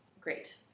great